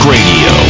Radio